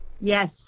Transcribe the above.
yes